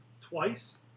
twice